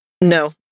No